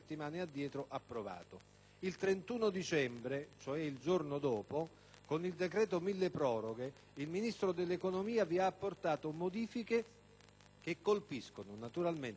Il 31 dicembre (il giorno dopo!) con il cosiddetto decreto milleproroghe il Ministro dell'economia vi ha apportato modifiche che colpiscono naturalmente l'agricoltura e la pesca.